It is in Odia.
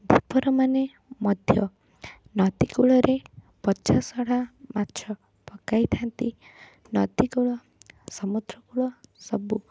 ଧୀବରମାନେ ମଧ୍ୟ ନଦୀକୂଳରେ ପଚାସଢ଼ା ମାଛ ପକାଇଥାନ୍ତି ନଦୀକୂଳ ସମୁଦ୍ରକୂଳ ସବୁ